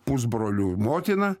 pusbrolių motina